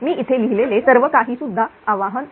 मी इथे लिहिलेले सर्व काही सुद्धा आवाहन आहे